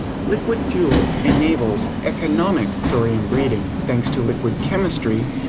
liquid fuel enables economic thorium breeding. thanks to liquid chemistry,